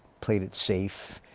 played it safe.